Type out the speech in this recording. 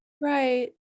Right